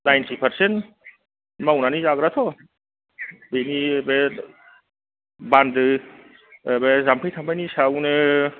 ninety percent मावनानै जाग्राथ' बेनि बे बान्दो बे जाम्फै थाम्फैनि सायावनो